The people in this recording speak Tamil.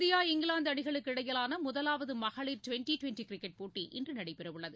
இந்தியா இங்கிலாந்து அணிகளுக்கு இடையிலான முதலாவது மகளிர் ட்வென்டி ட்வென்டி கிரிக்கெட் போட்டி இன்று நடைபெறவுள்ளது